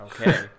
okay